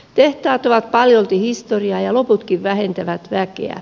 tehtaat ovat paljolti historiaa ja loputkin vähentävät väkeä